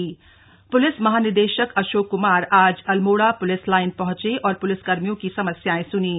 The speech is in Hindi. पुलिसकर्मी समस्याएं पुलिस महानिदेशक अशोक कुमार आज अल्मोड़ा पुलिस लाइन पहुंचे और पुलिसकर्मियों की समस्याएं सुनीं